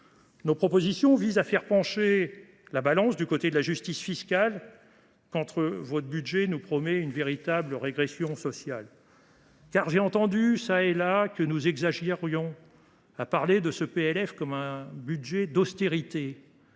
Nos propositions visent à faire pencher la balance du côté de la justice fiscale, quand votre budget nous promet une véritable régression sociale. J’ai entendu dire, çà et là, que nous exagérions en qualifiant ce PLF de budget d’austérité